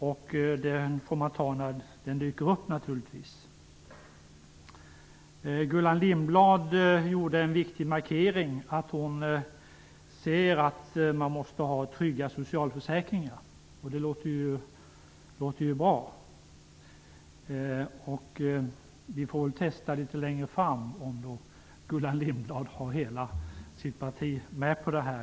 Dem får man naturligtvis ta när de dyker upp. Gullan Lindblad gjorde en viktig markering när hon sade att hon anser att man måste ha trygga socialförsäkringar. Det låter ju bra. Vi får testa litet längre fram om hela Gullan Lindblads parti är med på det.